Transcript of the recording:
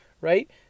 right